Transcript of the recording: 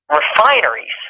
refineries